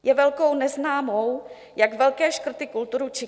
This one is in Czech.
Je velkou neznámou, jak velké škrty kulturu čekají.